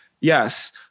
Yes